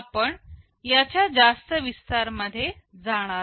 आपण याच्या जास्त विस्तार मध्ये जाणार नाही